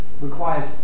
requires